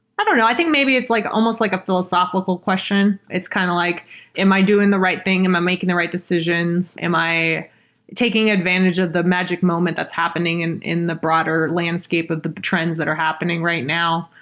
i don't know. i think maybe it's like almost like a philosophical question. it's kind of like am i doing the right thing? am i making the right decisions? am i taking advantage of the magic moment that's happening and in the broader landscape with the trends that are happening right now?